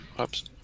Oops